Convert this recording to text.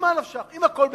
ממה נפשך, אם הכול בסדר,